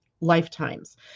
lifetimes